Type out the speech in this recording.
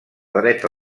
dreta